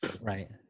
Right